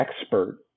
expert